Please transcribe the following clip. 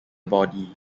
body